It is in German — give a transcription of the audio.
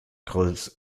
groß